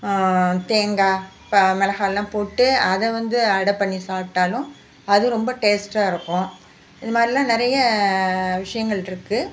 தேங்காய் இப்போ மிளகாலாம் போட்டு அதை வந்து அடை பண்ணி சாப்பிட்டாலும் அது ரொம்ப டேஸ்ட்டாக இருக்கும் இது மாதிரிலாம் நிறைய விஷயங்கள் இருக்கு